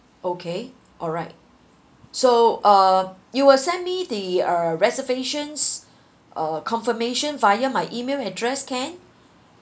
okay alright so uh you will send me the uh reservations uh confirmation via my email address can